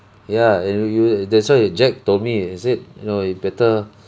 ya and you that's why jack told me he said you know you better